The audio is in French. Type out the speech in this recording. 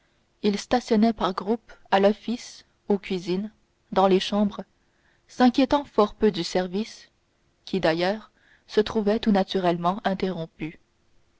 ils stationnaient par groupes à l'office aux cuisines dans leurs chambres s'inquiétant fort peu du service qui d'ailleurs se trouvait tout naturellement interrompu